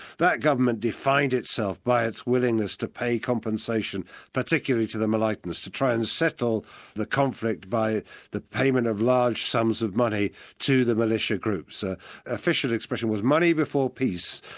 that government defined itself by its willingness to pay compensation particularly to the malaitans to try and settle the conflict by the payment of large sums of money to the militia groups. so officially, the expression was money before peace,